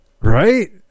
Right